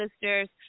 sisters